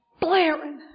blaring